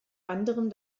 anderem